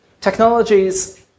Technologies